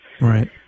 Right